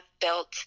built